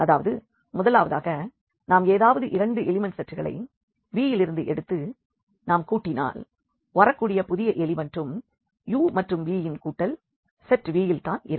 அதாவது முதலாவதாக நாம் ஏதாவது இரண்டு எலிமண்ட்டுகளை செட் V இல் இருந்து எடுத்து நாம் கூட்டினால் வரக்கூடிய புதிய எலிமண்ட்டும் u மற்றும் v இன் கூட்டல் செட் V இல் தான் இருக்கும்